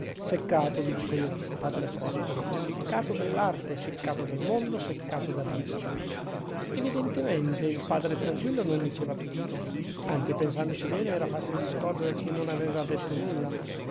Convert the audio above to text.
seccato vi dico io padre prospero seccato dell'arte seccato del mondo seccato del resto evidentemente il padre tranquillo non diceva tutto anzi pensandoci bene era facile di scorgere che non aveva detto nulla